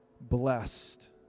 blessed